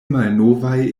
malnovaj